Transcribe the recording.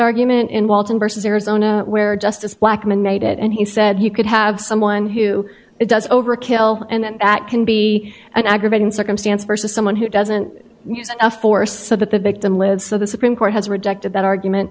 argument in walton versus arizona where justice blackmun made it and he said he could have someone who does over kill and that can be an aggravating circumstance versus someone who doesn't use a force so that the victim lives so the supreme court has rejected that argument